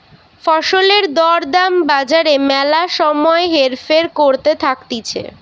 ফসলের দর দাম বাজারে ম্যালা সময় হেরফের করতে থাকতিছে